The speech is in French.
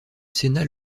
sénat